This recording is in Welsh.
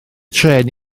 trên